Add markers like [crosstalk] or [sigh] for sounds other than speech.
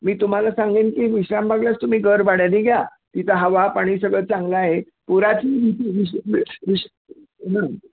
मी तुम्हाला सांगेन की विश्रामबागलाच तुम्ही घर भाड्याने घ्या तिथं हवा पाणी सगळं चांगलं आहे पुराची [unintelligible]